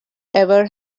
ever